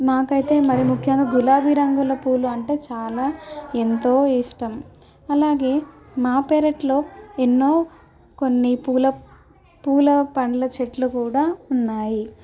నాకైతే మరీ ముఖ్యంగా గులాబీ రంగులో పూలు అంటే చాలా ఎంతో ఇష్టం అలాగే మా పెరటిలో ఎన్నో కొన్ని పూల పూల పండ్ల చెట్లు కూడా ఉన్నాయి